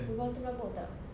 rumah itu berhabuk tak